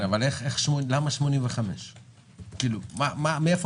מאיפה המספר 85,000 בא?